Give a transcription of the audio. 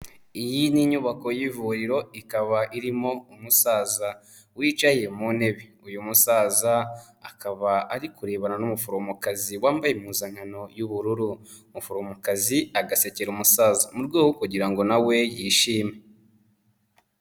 Iyi ni inyubako y'ivuriro, ikaba irimo umusaza wicaye mu ntebe, uyu musaza akaba ari kurebana n'umuforomokazi wambaye impuzankano y'ubururu, umuforomokazi agasekera umusaza, mu rwego kugira ngo nawe yishime.